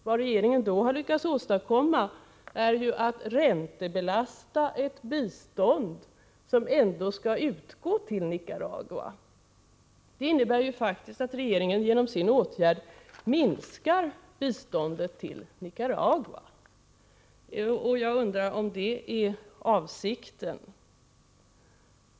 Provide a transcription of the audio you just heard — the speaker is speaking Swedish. Vad regeringen då har lyckats åstadkomma är att räntebelasta ett bistånd som ändå skall utgå till Nicaragua. Det innebär faktiskt att regeringen genom sin åtgärd minskar biståndet till Nicaragua. — Jag undrar om det är avsikten.